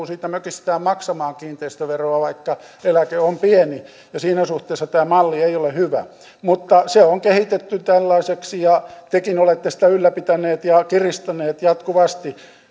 siitä mökistään maksamaan kiinteistöveroa vaikka eläke on pieni siinä suhteessa tämä malli ei ole hyvä mutta se on kehitetty tällaiseksi ja tekin olette sitä ylläpitäneet ja kiristäneet jatkuvasti